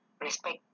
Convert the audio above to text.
respect